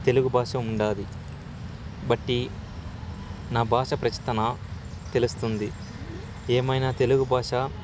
తెలుగు భాష ఉన్నాది బట్టి నా భాష ప్రాచీనత తెలుస్తుంది ఏమైనా తెలుగు భాష